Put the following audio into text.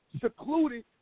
secluded